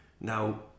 Now